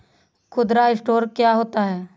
खुदरा स्टोर क्या होता है?